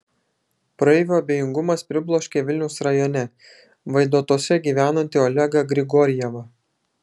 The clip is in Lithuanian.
praeivių abejingumas pribloškė vilniaus rajone vaidotuose gyvenantį olegą grigorjevą